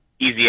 easy